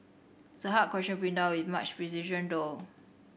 it's a hard question to pin down with much precision though